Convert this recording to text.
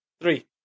Three